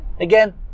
Again